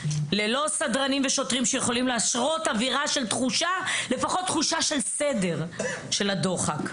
ללא סדרנים ושוטרים שיכולים ליצור לפחות תחושה של סדר בתוך הדוחק.